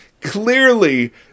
Clearly